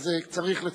אז צריך לצמצם.